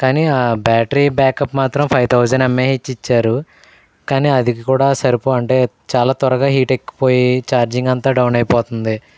కానీ ఆ battery backup మాత్రం ఫైవ్ థౌసండ్ ఎంఏహెచ్ ఇచ్చారు కానీ అది కూడా సరిపో అంటే చాలా త్వరగా హీట్ ఎక్కిపోయి చార్జింగ్ అంతా డౌన్ అయిపోతుంది